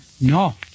No